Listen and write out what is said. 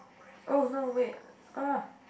oh no wait